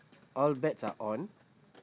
all bets are on